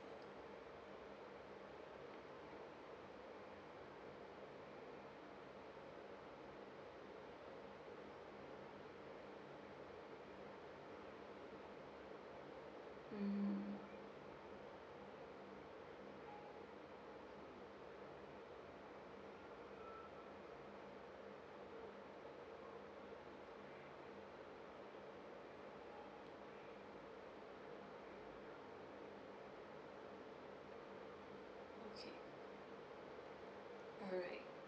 mm okay alright